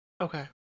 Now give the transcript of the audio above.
Okay